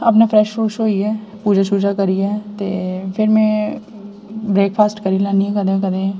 अपना फ्रैश फ्रुश होइयै पूजा शूजा करियै ते फिर में ब्रेक्फास्ट करी लैन्नी आं कदें कदें